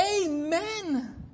Amen